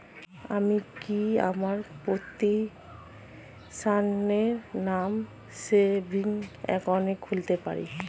আমি কি আমার প্রতিষ্ঠানের নামে সেভিংস একাউন্ট খুলতে পারি?